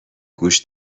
گوش